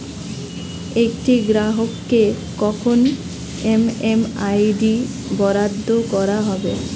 একটি গ্রাহককে কখন এম.এম.আই.ডি বরাদ্দ করা হবে?